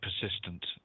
persistent